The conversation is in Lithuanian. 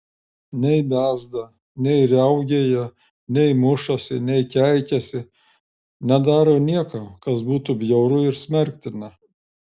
nei bezda nei riaugėja nei mušasi nei keikiasi nedaro nieko kas būtų bjauru ir smerktina